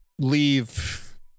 Leave